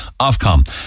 Ofcom